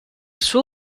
suo